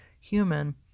human